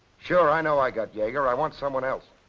sure, i know i got yager. i want someone else.